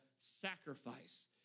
sacrifice